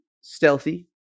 stealthy